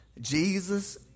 Jesus